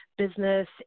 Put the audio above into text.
business